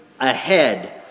ahead